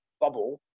bubble